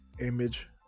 image